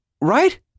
Right